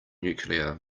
nuclear